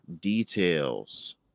details